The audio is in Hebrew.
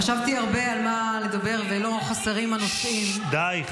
חברת הכנסת גוטליב, די.